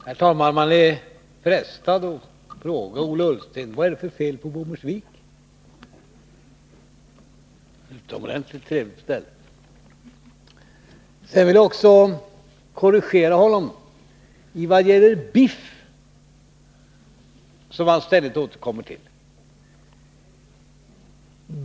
Herr talman! Man är frestad att fråga Ola Ullsten: Vad är det för fel på Bommersvik? Det är ju ett utomordentligt trevligt ställe. Jag vill korrigera Ola Ullsten när det gäller biff, som han ständigt återkommer till.